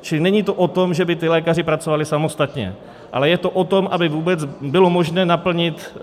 Čili není to o tom, že by ti lékaři pracovali samostatně, ale je to o tom, aby vůbec bylo možné naplnit